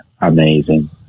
amazing